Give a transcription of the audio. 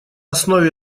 основе